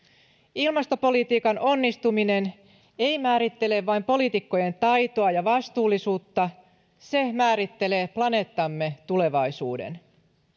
ilmastopolitiikan onnistuminen ei määrittele vain poliitikkojen taitoa ja vastuullisuutta se määrittelee planeettamme tulevaisuuden